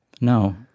No